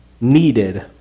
needed